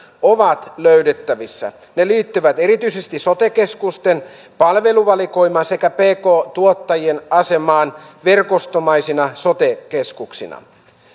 ovat löydettävissä ne liittyvät erityisesti sote keskusten palveluvalikoimaan sekä pk tuottajien asemaan verkostomaisina sote keskuksina